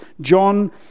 John